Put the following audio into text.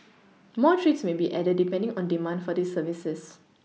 more trips may be added depending on demand for these services